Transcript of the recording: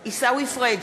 עיסאווי פריג'